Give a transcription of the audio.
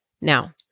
Now